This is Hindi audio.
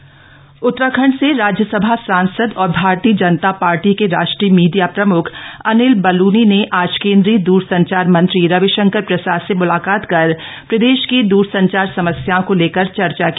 अनिल बलनी उतराखंड से राज्यसभा सांसद और भारतीय जनता शार्टी के राष्ट्रीय मीडिया प्रमुख अनिल बलनी ने आज केंद्रीय दूरसंचार मंत्री रविशंकर प्रसाद से मुलाकात कर प्रदेश की दूरसंचार समस्याओं को लेकर चर्चा की